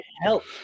help